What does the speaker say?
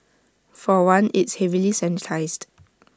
for one it's heavily sanitised